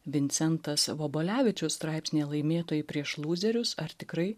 vincentas vobolevičius straipsnyje laimėtojai prieš lūzerius ar tikrai